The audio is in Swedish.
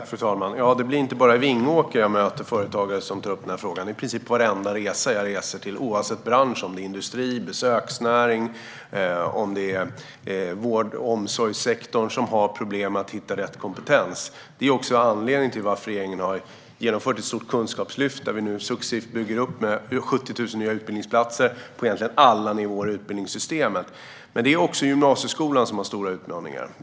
Fru talman! Det är inte bara i Vingåker jag möter företagare som tar upp denna fråga. På i princip varenda resa jag gör hör jag att man oavsett bransch - industri, besöksnäring eller vård och omsorgssektor - har problem att hitta rätt kompetens. Detta är anledningen till att regeringen har genomfört ett stort kunskapslyft där vi successivt bygger upp med 70 000 nya utbildningsplatser på egentligen alla nivåer i utbildningssystemet. Gymnasieskolan har stora utmaningar.